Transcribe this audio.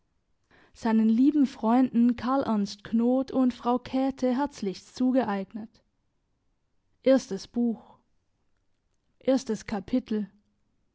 seinen lieben freunden karl ernst knodt und frau käthe herzlichst zugeeignet